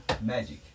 Magic